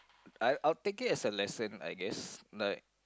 I I'll take it as a lesson I guess like